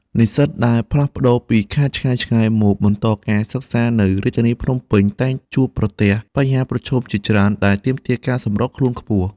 និស្សិតដែលផ្លាស់ពីខេត្តឆ្ងាយៗមកបន្តការសិក្សានៅរាជធានីភ្នំពេញ តែងជួបប្រទះបញ្ហាប្រឈមជាច្រើនដែលទាមទារការសម្របខ្លួនខ្ពស់។